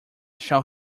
shall